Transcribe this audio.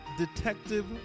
Detective